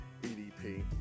EDP